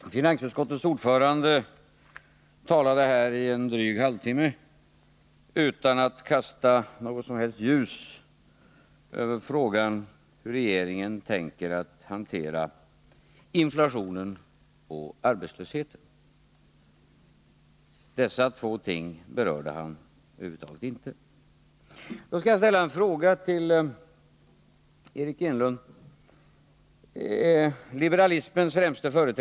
Herr talman! Finansutskottets ordförande talade här i en dryg halvtimme utan att kasta något som helst ljus över frågan hur regeringen tänker hantera inflationen och arbetslösheten. Dessa två ting berörde han över huvud taget inte. Då skall jag ställa en fråga till Eric Enlund.